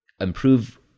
improve